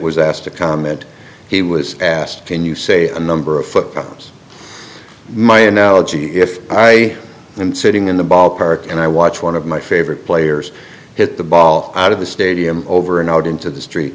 was asked to comment he was asked can you say a number of us my analogy if i am sitting in the ballpark and i watch one of my favorite players hit the ball out of the stadium over and out into the street